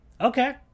Okay